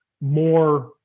more